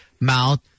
mouth